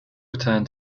return